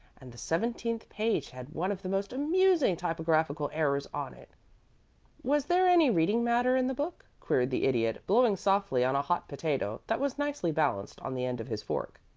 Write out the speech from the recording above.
and the seventeenth page had one of the most amusing typographical errors on it was there any reading-matter in the book? queried the idiot, blowing softly on a hot potato that was nicely balanced on the end of his fork.